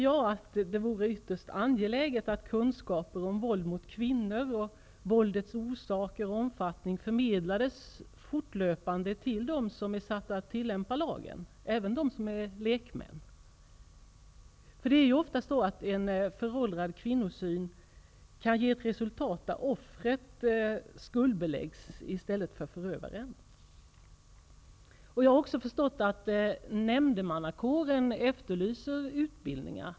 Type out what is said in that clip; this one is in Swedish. Jag tycker det är ytterst angeläget att kunskaper om våld mot kvinnor och om våldets orsaker och omfattning fortlöpande förmedlades till dem som är satta att tillämpa lagen, även till lekmännen. Oftast är det så, att en föråldrad kvinnosyn kan ge resultatet att offret skuldbeläggs i stället för förövaren. Jag har också förstått att nämndemannakåren efterlyser utbildningar.